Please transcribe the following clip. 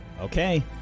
Okay